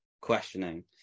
questioning